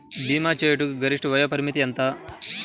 భీమా చేయుటకు గరిష్ట వయోపరిమితి ఎంత?